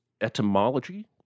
etymology